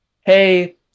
Hey